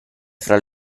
fra